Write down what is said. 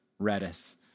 Redis